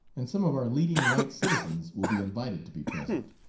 and some of our leading white citizens will be invited to be present.